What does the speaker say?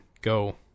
go